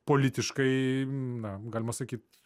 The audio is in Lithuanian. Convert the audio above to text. politiškai na galima sakyt